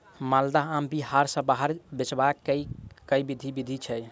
माल्दह आम बिहार सऽ बाहर बेचबाक केँ लेल केँ विधि छैय?